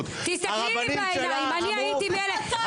הרבנים שלה אמרו,